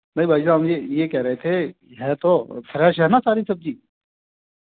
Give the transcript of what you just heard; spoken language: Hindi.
नहीं भाई साहब हम ये ये कह रहे थे है तो फ़्रैश है न सारी सब्ज़ी